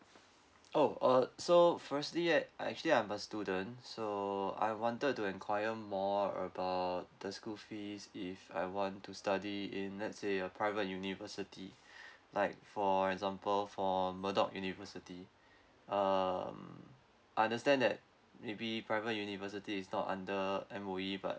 oh uh so firstly ac~ actually I'm a student so I wanted to inquire more about the school fees if I want to study in let's say a private university like for example for murdoch university um I understand that maybe private university is not under M_O_E but